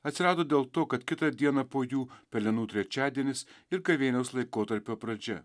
atsirado dėl to kad kitą dieną po jų pelenų trečiadienis ir gavėnios laikotarpio pradžia